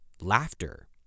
laughter